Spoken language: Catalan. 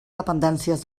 dependències